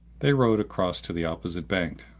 they rowed across to the opposite bank,